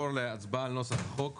מדבר איתך עניינית על כושר ההשתכרות.